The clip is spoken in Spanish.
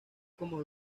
como